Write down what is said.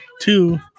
Two